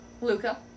Luca